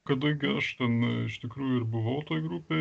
kadangi aš ten iš tikrųjų ir buvau toj grupėj